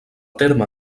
terme